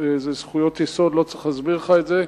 זה זכויות יסוד, לא צריך להסביר לך את זה.